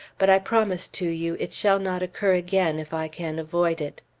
but i promise to you it shall not occur again if i can avoid it.